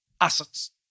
assets